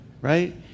right